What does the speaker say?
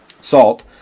salt